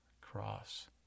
cross